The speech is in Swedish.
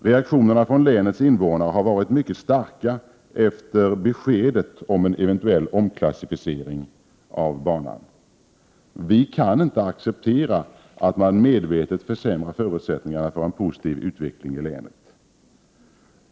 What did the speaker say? Reaktionerna från länets invånare har varit mycket starka efter beskedet om en eventuell omklassificering av banan. Vi kan inte acceptera att man medvetet försämrar förutsättningarna för en positiv utveckling i länet.